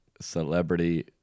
Celebrity